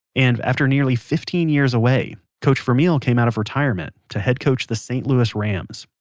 and after nearly fifteen years away. coach vermeil came out of retirement to head coach the saint louis rams.